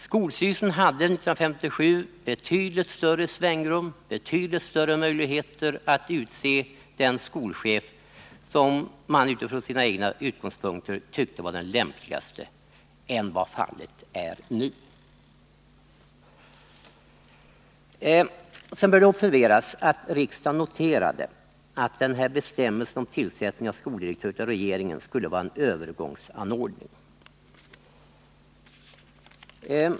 Skolstyrelsen hade fram till 1957 betydligt större svängrum och betydligt större möjligheter att utse den skolchef som man utifrån sina egna utgångspunkter tyckte var den mest lämpade. Det bör observeras att riksdagen noterade att bestämmelsen om att regeringen utsåg skoldirektörer bara skulle gälla under en övergångsperiod.